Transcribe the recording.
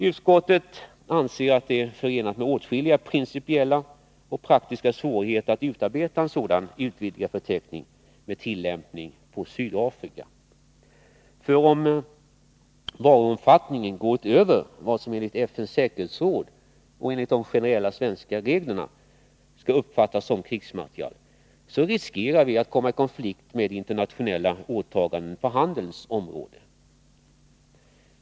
Utskottet anser att det är förenat med åtskilliga principiella och praktiska svårigheter att utarbeta en sådan utvidgad förteckning med tillämpning på Sydafrika. För om varuomfattningen går utöver vad som enligt FN:s säkerhetsråd och enligt de generella svenska reglerna skall uppfattas som krigsmateriel, så riskerar vi att kommai konflikt med internationella åtaganden på handelns område.